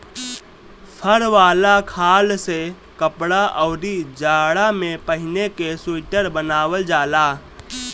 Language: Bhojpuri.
फर वाला खाल से कपड़ा, अउरी जाड़ा में पहिने के सुईटर बनावल जाला